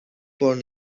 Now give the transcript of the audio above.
born